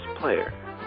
player